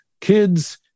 kids